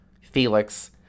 Felix